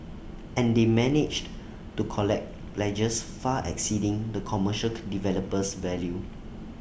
and they managed to collect pledges far exceeding the commercial developer's value